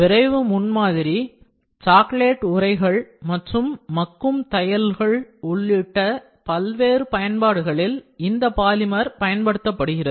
விரைவு முன்மாதிரி சாக்லேட் உறைகள் மற்றும் மக்கும் தையல்கள் உள்ளிட்ட பல்வேறு பயன்பாடுகளில் பாலிமர் பயன்படுத்தப்படுகிறது